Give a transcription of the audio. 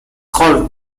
called